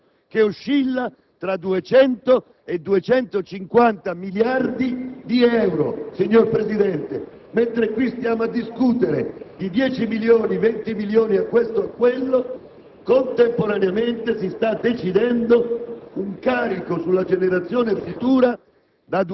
implicano un aumento del debito pensionistico del 25 per cento, che oscilla tra 200 e 250 miliardi di euro. Signor Presidente, mentre qui stiamo a discutere di 10 milioni, 20 milioni o altre cifre,